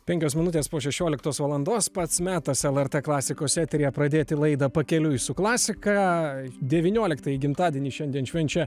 penkios minutės po šešioliktos valandos pats metas lrt klasikos eteryje pradėti laidą pakeliui su klasika devynioliktąjį gimtadienį šiandien švenčia